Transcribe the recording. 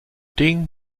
ding